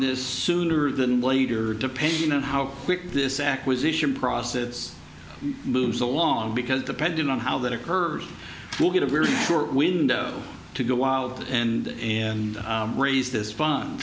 this sooner than later depending on how quick this acquisition process moves along because depending on how that occurs we'll get a very short window to go out and and raise this fun